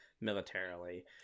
militarily